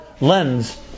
lens